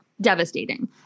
devastating